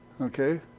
Okay